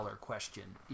question